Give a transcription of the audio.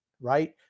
right